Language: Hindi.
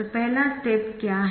तो पहला स्टेप क्या है